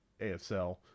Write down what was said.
ASL